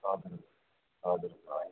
हजुर हजुर भएन